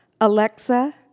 Alexa